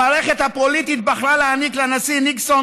המערכת הפוליטית בחרה להעניק לנשיא ניקסון